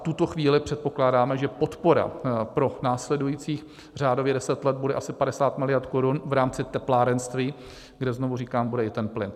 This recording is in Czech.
V tuto chvíli předpokládáme, že podpora pro následujících řádově 10 let bude asi 50 miliard korun v rámci teplárenství, kde znovu říkám, bude i ten plyn.